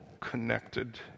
connected